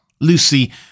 Lucy